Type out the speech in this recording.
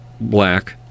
black